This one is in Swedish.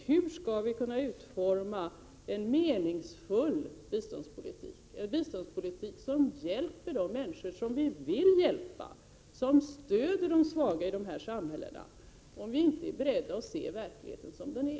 Hur skall vi kunna utforma en meningsfull biståndspolitik, en politik som hjälper de människor som vi vill hjälpa, som stöder de svaga i de här samhällena, om vi inte är beredda att se verkligheten som den är?